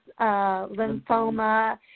lymphoma